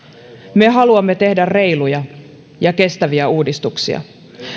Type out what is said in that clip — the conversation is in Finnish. me haluamme tehdä reiluja ja kestäviä uudistuksia